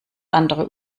andere